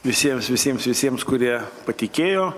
visiems visiems visiems kurie patikėjo